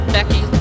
Becky